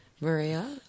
Maria